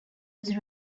was